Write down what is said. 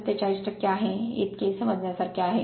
47 आहे इतके समजण्यासारखे आहे